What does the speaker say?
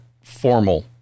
formal